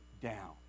down